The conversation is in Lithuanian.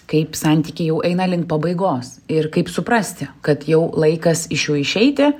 kaip santykiai jau eina link pabaigos ir kaip suprasti kad jau laikas iš jų išeiti